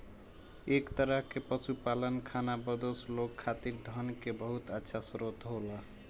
एह तरह के पशुपालन खानाबदोश लोग खातिर धन के बहुत अच्छा स्रोत होला